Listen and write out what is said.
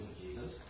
Jesus